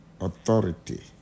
authority